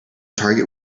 target